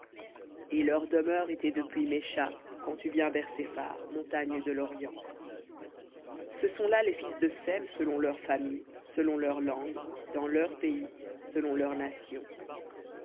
et leur demeure était depuis mésha quand tu viens vers sephar montagne de lorient ce sont là les fils de sem selon leurs familles selon leurs langues dans leurs pays selon leurs nations